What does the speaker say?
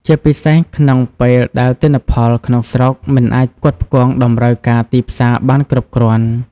ជាពិសេសក្នុងពេលដែលទិន្នផលក្នុងស្រុកមិនអាចផ្គត់ផ្គង់តម្រូវការទីផ្សារបានគ្រប់គ្រាន់។